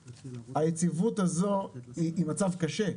היציבות הזו היא מצב קשה,